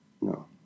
No